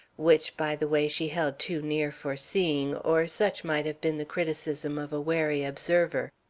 which, by the way, she held too near for seeing, or such might have been the criticism of a wary observer.